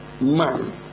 man